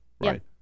right